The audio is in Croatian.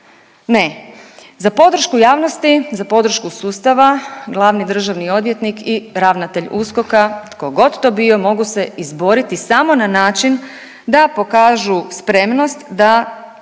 Ne, za podršku javnosti, za podršku sustava glavni državni odvjetnik i ravnatelj USKOK-a tko god to bio mogu se izboriti samo na način da pokažu spremnost da